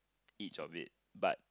each of it but